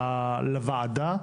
לוועדה.